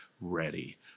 ready